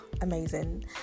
amazing